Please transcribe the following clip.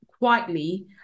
quietly